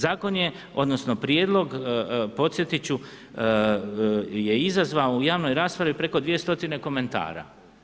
Zakon je odnosno, Prijedlog podsjetit ću je izazvao u javnoj raspravi preko dvije stotine komentara.